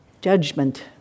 Judgment